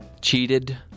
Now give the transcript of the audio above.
cheated